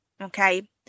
okay